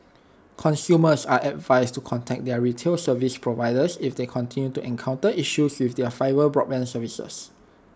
consumers are advised to contact their retail service providers if they continue to encounter issues with their fibre broadband services